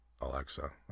Alexa